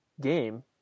game